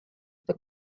the